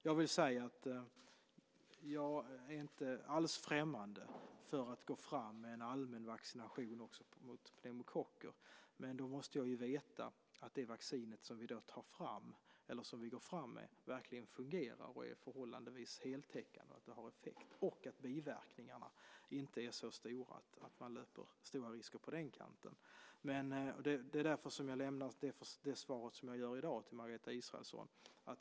Jag vill säga att jag inte alls är främmande för att gå fram med en allmän vaccination mot pneumokocker. Men då måste jag ju veta att det vaccin som vi går fram med verkligen fungerar, att det är förhållandevis heltäckande och har effekt, liksom att biverkningarna inte är så stora att man löper stora risker på den kanten. Det är därför som jag har lämnat det svar som jag gjort i dag till Margareta Israelsson.